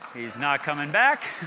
he's not coming back.